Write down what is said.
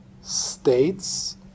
states